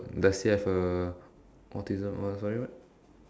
does he have a autism or sorry what